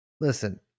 Listen